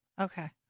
Okay